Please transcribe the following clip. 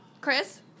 Chris